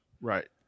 right